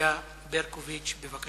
יוליה ברקוביץ, הצעה